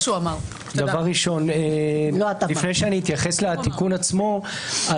לפני שאתייחס לתיקון עצמו,